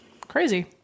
Crazy